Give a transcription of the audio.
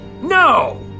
No